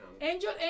Angel